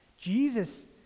Jesus